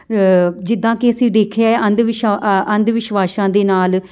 ਜਿੱਦਾਂ ਕਿ ਅਸੀਂ ਦੇਖਿਆ ਹੈ ਅੰਧ ਵਿਸ਼ਾ ਆ ਅੰਧ ਵਿਸਵਾਸ਼ਾਂ ਦੇ ਨਾਲ